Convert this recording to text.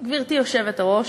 היושבת-ראש,